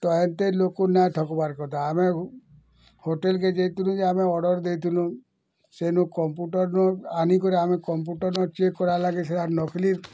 ତ ଏନ୍ତେ ଲୋକ ନାଇଁ ଠ୍କବାର୍ କଥା ଆମେ ହୋଟେଲ୍କେ ଯାଇଥିଲୁ ଯେ ଆମେ ଅର୍ଡ଼ର୍ ଦେଇଥିଲୁ ସେନୁ କମ୍ପୁଟର୍ ନୁ ଆନିକରି ଆମେ କମ୍ପୁଟର୍ ନ ଚେକ୍ କରାଲାକେ ସେଟା ନକ୍ଲି